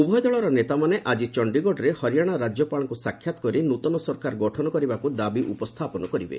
ଉଭୟ ଦଳର ନେତାମାନେ ଆଜି ଚଣ୍ଡିଗଡ଼ରେ ହରିଆଣା ରାଜ୍ୟପାଳଙ୍କୁ ସାକ୍ଷାତ କରି ନ୍ତଆ ସରକାର ଗଠନ କରିବାକୁ ଦାବି ଉପସ୍ଥାପନ କରିବେ